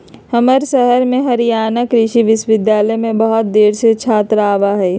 हमर शहर में हरियाणा कृषि विश्वविद्यालय में बहुत देश से छात्र आवा हई